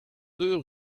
deux